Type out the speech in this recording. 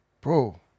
bro